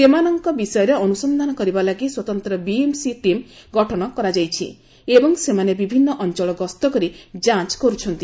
ସେମାନଙ୍କ ବିଷୟରେ ଅନୁସକ୍ଷାନ କରିବା ଲାଗି ସ୍ୱତନ୍ତ ବିଏମ୍ସି ଟିମ୍ ଗଠନ କରାଯାଇଛି ଏବଂ ସେମାନେ ବିଭିନ୍ନ ଅଞ୍ଚଳ ଗସ୍ତକରି ଯାଞ୍ କରୁଛନ୍ତି